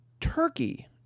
Turkey